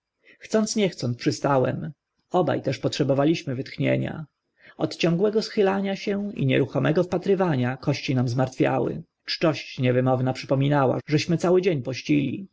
chcąc nie chcąc przystałem oba też potrzebowaliśmy wytchnienia od ciągłego schylania się i nieruchomego wpatrywania kości nam zmartwiały czczość niewymowna przypominała żeśmy cały dzień pościli